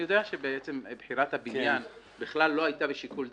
אני יודע שבחירת הבניין בכלל לא הייתה בשיקול דעתכם.